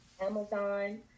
Amazon